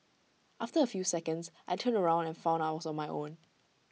after A few seconds I turned around and found I was on my own